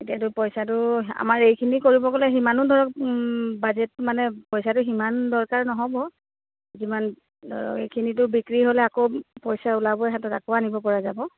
এইটো পইচাটো আমাৰ এইখিনি কৰিব গ'লে সিমানো ধৰক বাজেট মানে পইচাটো সিমান দৰকাৰ নহ'ব যিমান ধৰক এইখিনিটো বিক্ৰী হ'লে আকৌ পইচা ওলাবই হাতত আকৌ আনিব পৰা যাব